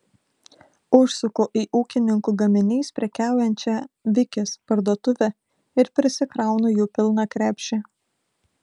užsuku į ūkininkų gaminiais prekiaujančią vikis parduotuvę ir prisikraunu jų pilną krepšį